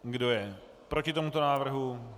Kdo je proti tomuto návrhu?